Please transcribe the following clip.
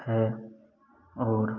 है और